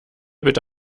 bitte